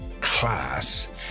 class